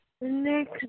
next